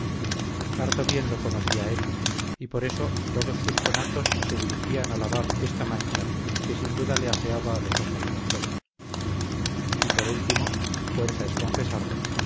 harto bien lo conocía él y por eso todos sus conatos se dirigían a lavar esta mancha que sin duda le afeaba a los ojos de la joven y por último fuerza es confesarlo